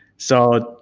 so,